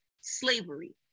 Slavery